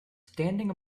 standing